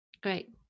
Great